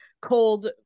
cold